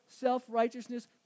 self-righteousness